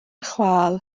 chwâl